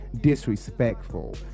disrespectful